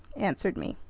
answered me.